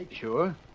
Sure